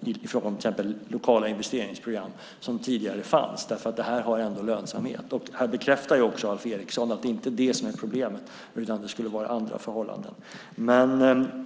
i form av lokala investeringsprogram som tidigare fanns. Det är lönsamt ändå. Här bekräftar också Alf Eriksson att det inte är lönsamheten som är problemet, utan det skulle vara andra förhållanden.